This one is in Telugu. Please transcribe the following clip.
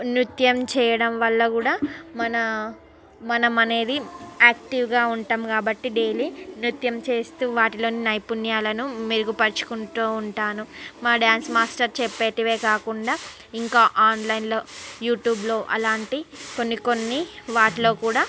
నృత్యం చేయడం వల్ల కూడా మన మనమనేది యాక్టివ్గా ఉంటాం కాబట్టి డైలీ నృత్యం చేస్తూ వాటిలోని నైపుణ్యాలను మెరుగుపరుచుకుంటూ ఉంటాను మా డాన్స్ మాస్టర్ చెప్పేటివే కాకుండా ఇంకా ఆన్లైన్లో యూట్యూబ్లో అలాంటి కొన్ని కొన్ని వాటిలో కూడా